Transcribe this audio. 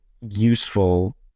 useful